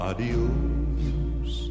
Adios